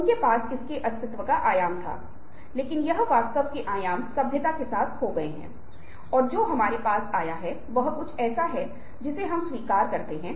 उन चीजों को करना जहां आप कह रहे हैं वास्तव में वह तथ्य नहीं है जो आप जानते हैं और आप फिर से हेरफेर कर रहे हैं